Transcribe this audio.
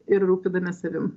ir rūpinamės savim